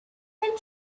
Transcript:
then